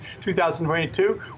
2022